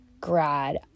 grad